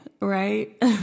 right